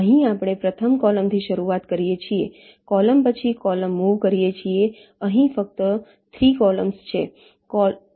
અહીં આપણે પ્રથમ કૉલમથી શરૂઆત કરીએ છીએ કૉલમ પછી કૉલમ મુવ કરીએ છીએ અહીં ફક્ત 3 કૉલમ છે